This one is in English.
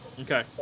Okay